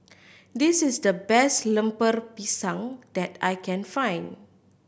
this is the best Lemper Pisang that I can find